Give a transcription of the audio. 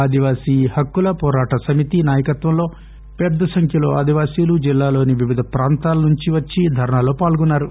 ఆదివాసీ హక్కుల పోరాట సమితి నాయకత్వంలో పెద్ద సంఖ్యలో ఆదివాసీలు జిల్లాలోని వివిధ ప్రాంతాల నుంచి ధర్సాలో పాల్గొన్నారు